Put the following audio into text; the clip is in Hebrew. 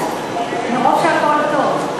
מרוב שהכול טוב מה?